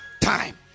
time